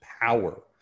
power